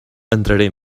entraré